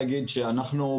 עכשיו.